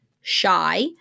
shy